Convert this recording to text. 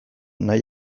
nahi